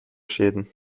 schäden